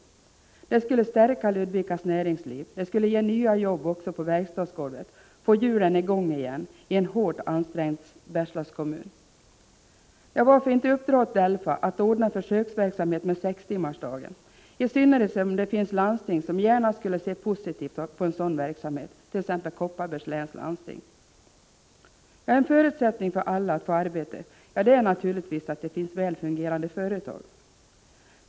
Det skulle stärka näringslivet i Ludvika, ge nya jobb på verkstadsgolvet, få hjulen i gång igen i en hårt ansträngd Bergslagskommun. Varför inte uppdra åt DELFA att ordna försöksverksamhet med sextimmarsdagen, i synnerhet som det finns landsting som gärna skulle se positivt på en sådan verksamhet, t.ex. Kopparbergs läns landsting? En förutsättning för alla att få arbete är naturligtvis att det finns väl fungerande företag.